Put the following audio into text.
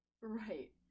right